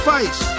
Fights